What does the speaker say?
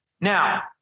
Now